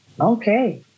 Okay